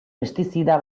pestizida